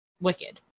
Wicked